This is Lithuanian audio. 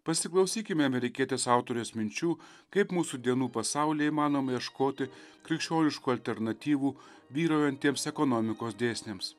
pasiklausykime amerikietės autorės minčių kaip mūsų dienų pasaulyje įmanoma ieškoti krikščioniškų alternatyvų vyraujantiems ekonomikos dėsniams